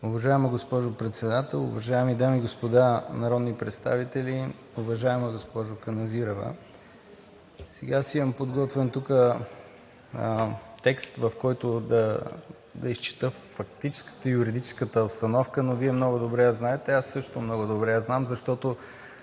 Уважаема госпожо Председател, уважаеми дами и господа народни представители! Уважаема госпожо Каназирева, сега аз имам тук подготвен текст, в който да изчета фактическата и юридическата обстановка, но Вие много добре я знаете. Аз също много добре я знам, защото